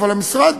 אבל המשרד